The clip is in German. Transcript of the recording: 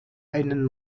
einen